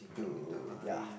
to ya